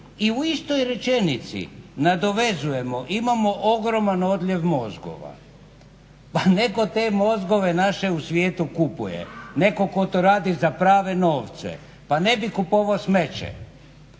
I u istoj rečenici, nadovezujemo, imamo ogroman odljev mozgova, pa neko te mozgove naše u svijetu kupuje, neko ko to radi za prave novce. Pa ne bi kupovao smeće.